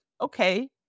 okay